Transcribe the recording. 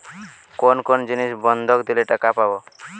কোন কোন জিনিস বন্ধক দিলে টাকা পাব?